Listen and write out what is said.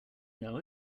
know